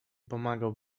pomagał